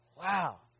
Wow